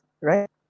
right